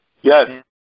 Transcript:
Yes